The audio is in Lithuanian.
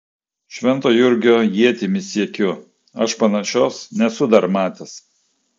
švento jurgio ietimi siekiu aš panašios nesu dar matęs